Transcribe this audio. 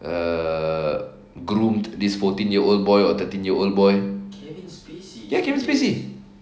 err groomed this fourteen year old boy or thirteen year old boy ya kevin spacey